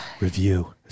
Review